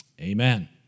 Amen